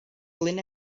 glyn